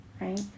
right